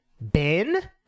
Ben